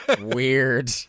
weird